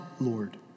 Lord